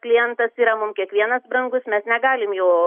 klientas yra mum kiekvienas brangus mes negalim jo